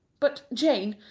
but, jane,